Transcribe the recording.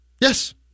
Yes